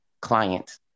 client